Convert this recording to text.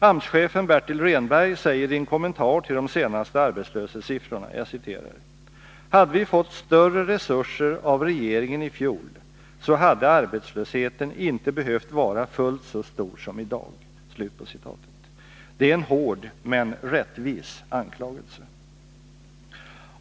AMS-chefen Bertil Rehnberg säger i en kommentar till de senaste arbetslöshetssiffrorna: ”Hade vi fått större resurser av regeringen i fjol så hade arbetslösheten inte behövt vara fullt så stor som i dag.” Det är en hård men rättvis anklagelse.